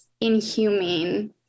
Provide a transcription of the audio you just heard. inhumane